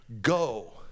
Go